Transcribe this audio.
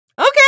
okay